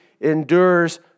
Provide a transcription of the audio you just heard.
endures